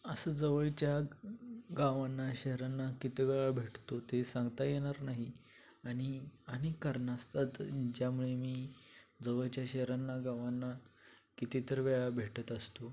असं जवळच्या गावांना शहरांना किती वेळा भेटतो ते सांगता येणार नाही आणि अनेक कारणं असतात ज्यामुळे मी जवळच्या शहरांना गावांना किती तर वेळा भेटत असतो